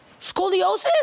Scoliosis